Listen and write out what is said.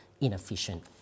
inefficient